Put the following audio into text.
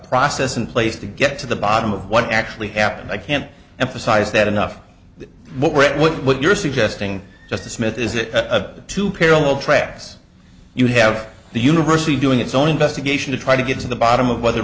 process in place to get to the bottom of what actually happened i can't emphasize that enough what you're suggesting just this myth is it a two parallel tracks you have the university doing its own investigation to try to get to the bottom of whether